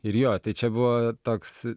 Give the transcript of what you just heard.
ir jo čia buvo toks